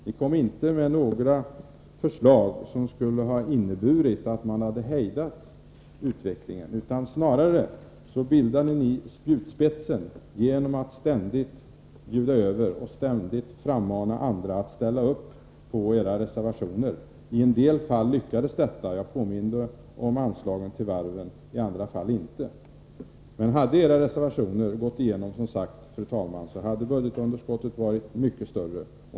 Ni kom inte med några förslag som skulle ha inneburit att man hade hejdat utvecklingen, utan snarare bildade ni spjutspetsen genom att ständigt bjuda över och ständigt mana andra att ställa upp på era reservationer. I en del fall lyckades detta — jag påminde om anslagen till varven — i andra inte. Hade era reservationer gått igenom, då hade budgetunderskottet som sagt varit mycket större.